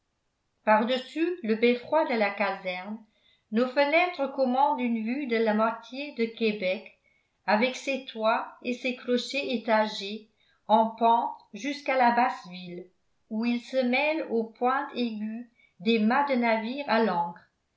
par-dessus le beffroi de la caserne nos fenêtres commandent une vue de la moitié de québec avec ses toits et ses clochers étagés en pente jusqu'à la basse ville où ils se mêlent aux pointes aiguës des mâts de navires à l'ancre